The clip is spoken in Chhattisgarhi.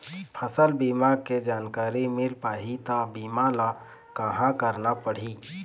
फसल बीमा के जानकारी मिल पाही ता बीमा ला कहां करना पढ़ी?